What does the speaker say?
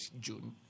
June